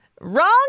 Wrong